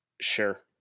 Sure